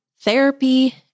therapy